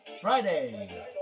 Friday